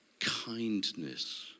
kindness